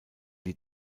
die